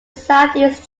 southeast